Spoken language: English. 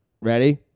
Ready